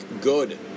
good